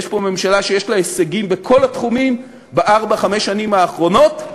יש פה ממשלה שיש לה הישגים בכל התחומים בארבע-חמש השנים האחרונות.